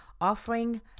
offering